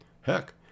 Heck